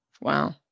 Wow